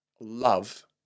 love